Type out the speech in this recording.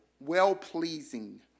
well-pleasing